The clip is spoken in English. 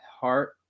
heart